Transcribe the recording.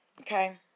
okay